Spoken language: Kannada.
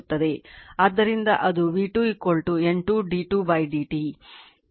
ಆದ್ದರಿಂದ ಅದು v2 N 2 d 2 dt